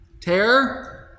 terror